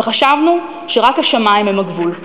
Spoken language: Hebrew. וחשבנו שרק השמים הם הגבול.